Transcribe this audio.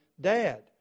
dad